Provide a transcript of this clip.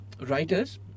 Writers